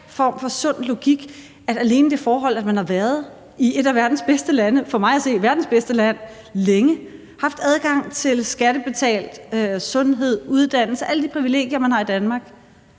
med hensyn til, at alene det forhold, at man har været længe i et af verdens bedste lande – for mig at se verdens bedste land – og har haft adgang til skattebetalt sundhed og uddannelse og alle de privilegier, man har i Danmark,